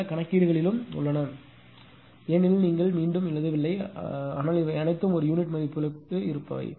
எல்லா கணக்கீடுகளிலும் உள்ளன ஏனெனில் நீங்கள் மீண்டும் மீண்டும் எழுதவில்லை ஆனால் இவை அனைத்தும் ஒரு யூனிட் மதிப்புகளுக்கு இருப்பவை